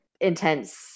intense